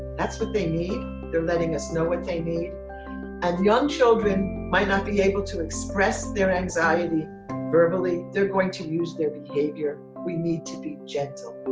that's what they need they're letting us know what they need and young children might not be able to express their anxiety verbally they're going to use their behavior we need to be gentle.